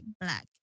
black